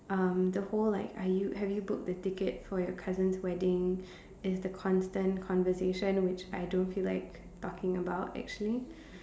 um the whole like are you have you booked the ticket for your cousin's wedding is the constant conversation which I don't feel like talking about actually